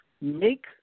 Make